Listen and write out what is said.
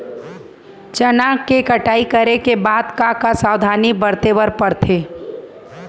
चना के कटाई करे के बाद का का सावधानी बरते बर परथे?